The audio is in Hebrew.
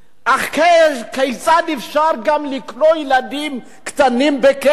וכן, כיצד אפשר גם לכלוא ילדים קטנים בכלא?